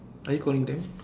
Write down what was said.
are you calling them